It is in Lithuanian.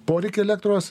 poreikį elektros